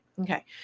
Okay